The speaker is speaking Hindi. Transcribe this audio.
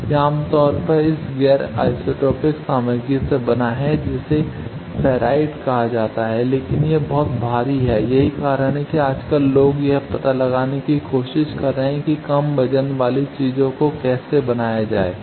यह आम तौर पर इस गैर आइसोट्रोपिक सामग्री से बना है जिसे फेराइट कहा जाता है लेकिन यह बहुत भारी है यही कारण है कि आजकल लोग यह पता लगाने की कोशिश कर रहे हैं कि कम वजन वाले चीजों को कैसे बनाया जाए